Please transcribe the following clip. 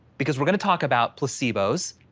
because we're gonna talk about placebos.